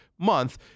Month